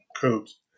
codes